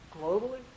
globally